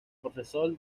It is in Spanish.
profesor